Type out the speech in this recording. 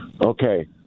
okay